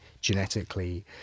genetically